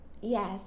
Yes